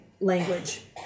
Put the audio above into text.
language